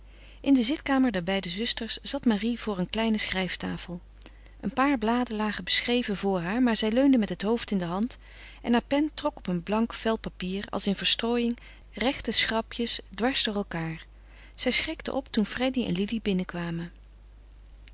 in de zitkamer der beide zusters zat marie voor een kleine schrijftafel een paar bladen lagen beschreven voor haar maar zij leunde met het hoofd in de hand en haar pen trok op een blank vel papier als in verstrooiing rechte schrapjes dwars door elkaâr zij schrikte op toen freddy en lili binnenkwamen